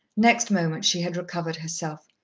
next moment she had recovered herself.